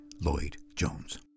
Lloyd-Jones